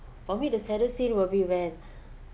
for me the saddest scene will be when